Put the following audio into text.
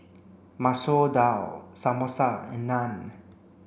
Masoor Dal Samosa and Naan